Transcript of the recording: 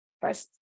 first